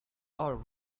all